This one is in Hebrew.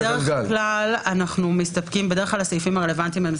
בדרך כלל הסעיפים הרלוונטיים בהקשר הזה